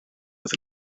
oedd